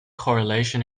correlation